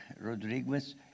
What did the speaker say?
Rodriguez